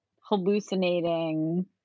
hallucinating